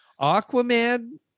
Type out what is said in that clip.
Aquaman